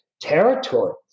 territory